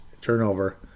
turnover